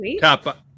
top